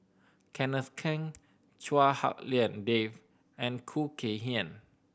Kenneth Keng Chua Hak Lien Dave and Khoo Kay Hian